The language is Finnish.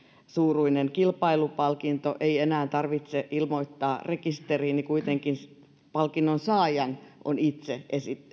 suuruista kilpailupalkintoa ei enää tarvitse ilmoittaa rekisteriin niin kuitenkin palkinnon saajan on itse